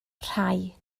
rhai